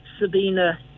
Sabina